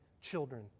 children